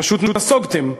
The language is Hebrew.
פשוט נסוגותם.